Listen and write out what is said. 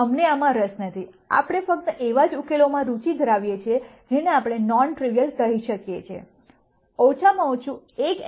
અમને આમાં રસ નથી આપણે ફક્ત એવા ઉકેલોમાં જ રુચિ રાખીએ છીએ જેને આપણે નોન ટ્રિવીઅલ કહી શકીયે છીએ ઓછામાં ઓછું એક x નોન 0 હોવું જોઈએ